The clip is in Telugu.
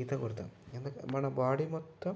ఈత కొడతాం ఎందుకు మన బాడీ మొత్తం